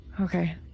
Okay